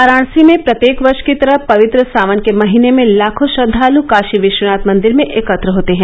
वाराणसी में प्रत्येक वर्ष की तरह पवित्र सावन के महीने में लाखों श्रद्वालु काशी विश्वनाथ मंदिर में एकत्र होते हैं